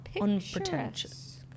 unpretentious